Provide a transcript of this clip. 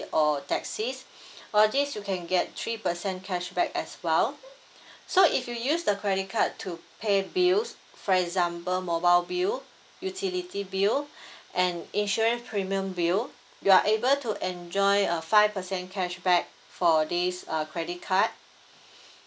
or taxis all this you can get three percent cashback as well so if you use the credit card to pay bills for example mobile bill utility bill and insurance premium bill you are able to enjoy a five percent cashback for this uh credit card